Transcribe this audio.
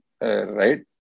right